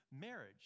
marriage